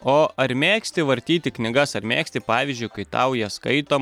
o ar mėgsti vartyti knygas ar mėgsti pavyzdžiui kai tau jas skaito